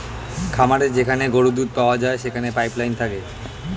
খামারে যেখানে গরুর দুধ পাওয়া যায় সেখানে পাইপ লাইন থাকে